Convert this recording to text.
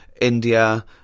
India